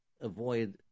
avoid